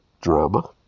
drama